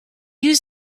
used